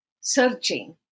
searching